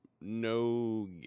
no